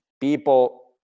people